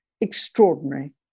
extraordinary